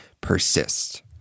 persist